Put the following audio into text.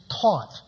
taught